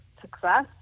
success